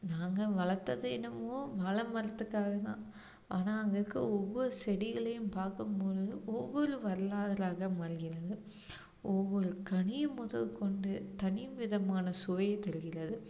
நாங்கள் வளர்த்தது என்னமோ வாழை மரத்துக்காக தான் ஆனால் அங்கே இருக்கற ஒவ்வொரு செடிகளையும் பார்க்கும் பொழுதும் ஒவ்வொரு வரலாறாக மாறுகிறது ஒவ்வொரு கனியும் முதற் கொண்டு தனி விதமான சுவையை தருகிறது